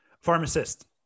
Pharmacist